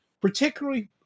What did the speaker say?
particularly